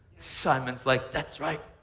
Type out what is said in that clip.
simon's like, that's right.